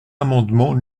amendements